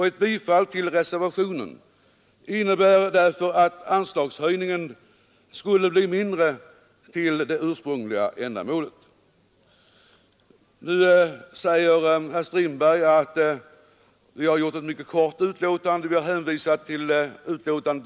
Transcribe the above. Ett bifall till reservationen innebär därför att anslagshöjningen till det ursprungliga ändamålet blir mindre. Nu säger herr Strindberg att utskottsbetänkandet är mycket kort; vi har hänvisat till fjolårets betänkande.